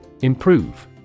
Improve